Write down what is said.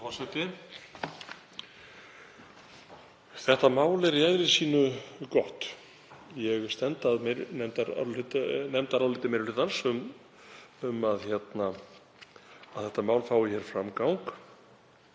Þetta mál er í eðli sínu gott. Ég stend að nefndaráliti meiri hlutans um að þetta mál fái hér framgang.